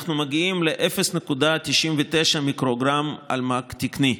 אנחנו מגיעים ל-0.99 מיקרוגרם למ"ק תקני.